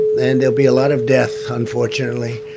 and there will be a lot of death, unfortunately,